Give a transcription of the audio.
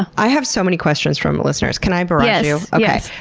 i have so many questions from listeners. can i barrage you? yes.